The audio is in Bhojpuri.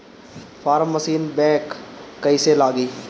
फार्म मशीन बैक कईसे लागी?